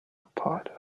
pot